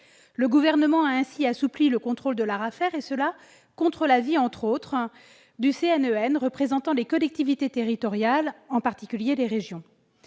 Le Gouvernement a ainsi assoupli le contrôle de l'ARAFER, et ce contre l'avis, entre autres instances, du CNEN, représentant les collectivités territoriales, en particulier les régions.